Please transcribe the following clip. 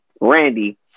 Randy